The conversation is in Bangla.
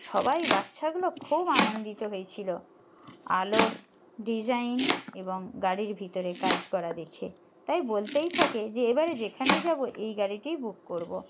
সবাই বাচ্ছাগুলো খুব আনন্দিত হয়েছিলো আলোর ডিজাইন এবং গাড়ির ভিতরে কাজ করা দেখে তাই বলতেই থাকে যে এবারে যেখানে যাবো এই গাড়িটিই বুক করবো